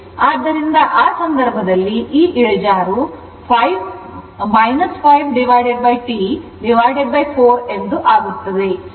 ಆದ್ದರಿಂದ ಆ ಸಂದರ್ಭದಲ್ಲಿ ಈ ಇಳಿಜಾರು 5 T 4 ಇರುತ್ತದೆ